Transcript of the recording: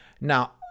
Now